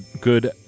good